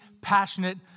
passionate